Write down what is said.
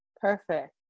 Perfect